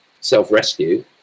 self-rescue